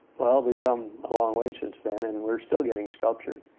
well, we've come a long way since then. and we're still getting sculpture.